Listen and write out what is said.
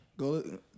Go